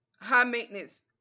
high-maintenance